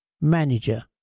Manager